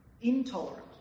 Intolerant